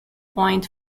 point